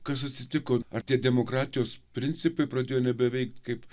kas atsitiko ar tie demokratijos principai pradėjo nebeveikt kaip